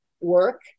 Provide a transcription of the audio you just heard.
work